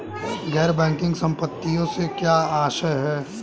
गैर बैंकिंग संपत्तियों से क्या आशय है?